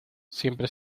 siempre